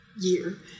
year